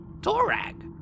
Torag